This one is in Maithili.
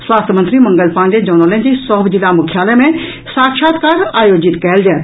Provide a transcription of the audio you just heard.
स्वास्थ्य मंत्री मंगल पांडेय जनौलनि जे सभ जिला मुख्यालय मे साक्षात्कार आयोजित कयल जायत